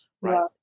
right